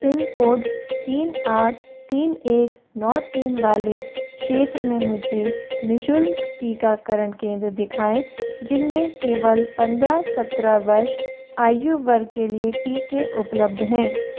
pin code तीन आठ तीन एक नौ तीन वाले क्षेत्र में मुझे निशुल्क टीकाकरण केंद्र दिखाएँ जिनमें केवल पंद्रह सत्रह वर्ष आयु वर्ग के लिए टीके उपलब्ध हैं